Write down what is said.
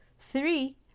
three